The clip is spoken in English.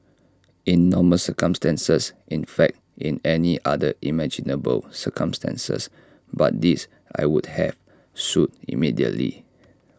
in normal circumstances in fact in any other imaginable circumstance but this I would have sued immediately